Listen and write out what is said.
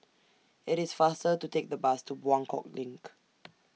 IT IS faster to Take The Bus to Buangkok LINK